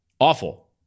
Awful